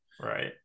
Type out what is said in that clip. Right